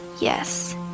Yes